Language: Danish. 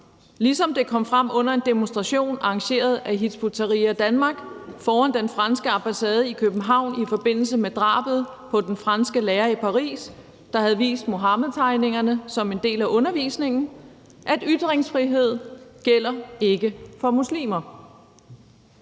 ligesom det kom frem under en demonstration arrangeret af Hizb ut-Tahrir Danmark foran den franske ambassade i København i forbindelse med drabet på den franske lærer i Paris, der havde vist Muhammedtegningerne som en del af undervisningen, at ytringsfrihed ikke gælder for muslimer.